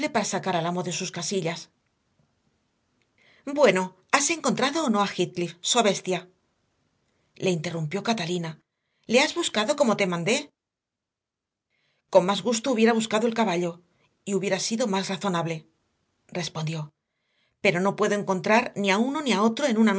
para sacar al amo de sus casillas bueno has encontrado o no a heathcliff so bestia le interrumpió catalina le has buscado como te mandé con más gusto hubiera buscado al caballo y hubiera sido más razonable respondió pero no puedo encontrar ni a uno ni a otro en una